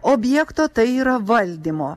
objekto tai yra valdymo